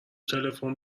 تلفن